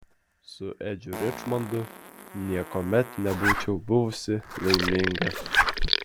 su edžiu ričmondu niekuomet nebūčiau buvusi laiminga